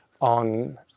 on